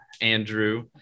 Andrew